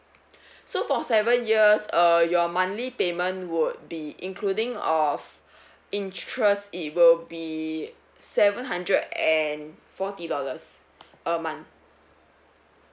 so for seven years uh your monthly payment would be including of interest it will be seven hundred and forty dollars a month